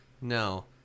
No